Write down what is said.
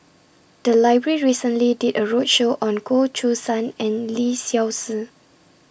The Library recently did A roadshow on Goh Choo San and Lee Seow Ser